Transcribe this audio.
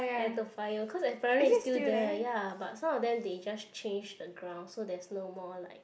at Toa Payoh cause apparently it's still there ya but some of them they just change the ground so there's no more like